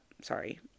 sorry